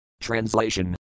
Translation